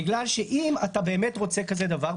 בגלל שאם אתה באמת רוצה כזה דבר,